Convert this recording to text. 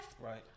Right